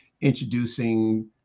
introducing